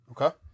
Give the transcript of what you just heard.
Okay